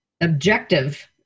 objective